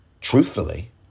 truthfully